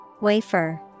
Wafer